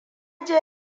je